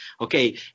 Okay